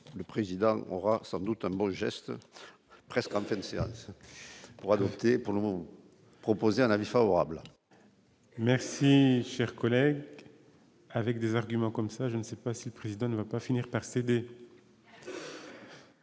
le président aura sans doute un bon geste, presque en fin de séance pour adopter pour nous proposer un avis favorable. Merci, cher collègue, avec des arguments comme ça, je ne sais pas si président ne va pas finir par céder.